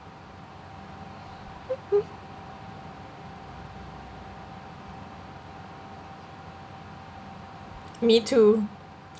me too